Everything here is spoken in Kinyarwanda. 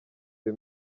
the